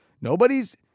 Nobody's